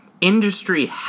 industry